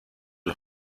los